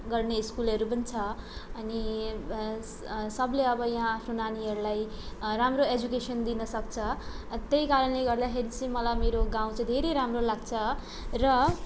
गर्ने स्कुलहरू पनि छ अनि सबले अब यहाँ आफ्नो नानीहरूलाई राम्रो एजुकेसन दिनसक्छ त्यही कारणले गर्दाखेरि चाहिँ मलाई मेरो गाउँ चाहिँ धेरै राम्रो लाग्छ र